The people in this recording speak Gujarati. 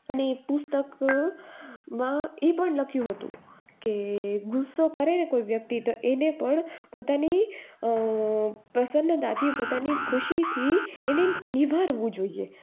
અને એ પુસ્તક માં એ પણ લખ્યું હતું કે ગુસ્સો કરેને કોઈ વ્યક્તિ તો એને પણ પોતાની પ્રસન્નતાથી પોતાની ખુશીથી એને નિવારવું જોઈએ